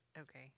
Okay